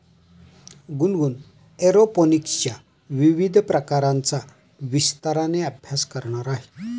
गुनगुन एरोपोनिक्सच्या विविध प्रकारांचा विस्ताराने अभ्यास करणार आहे